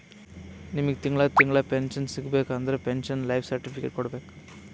ನಿಮ್ಮಗ್ ತಿಂಗಳಾ ತಿಂಗಳಾ ಪೆನ್ಶನ್ ಸಿಗಬೇಕ ಅಂದುರ್ ಪೆನ್ಶನ್ ಲೈಫ್ ಸರ್ಟಿಫಿಕೇಟ್ ಕೊಡ್ಬೇಕ್